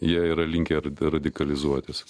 jie yra linkę radikalizuotis